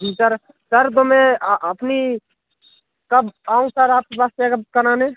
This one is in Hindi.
जी सर सर तो मैं अपनी कब आऊँ सर आपके पास चेकअप कराने